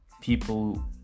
people